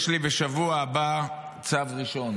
בשבוע הבא יש לי צו ראשון,